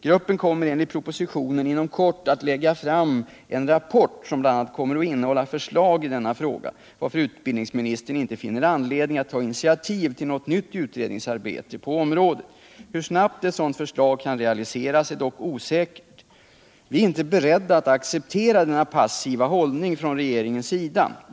Gruppen kommer enligt propositionen inom kort att lägga fram en rapport som bl.a. kommer att innehålla förslag i denna fråga, varför utbildningsministern inte finner anledning att ta initiativ till något nytt utredningsarbete på området. Hur snabbt ett sådant förslag kan realiseras är dock osäkert. Vi är inte beredda att acceptera denna passiva hållning från regeringens sida.